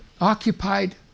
occupied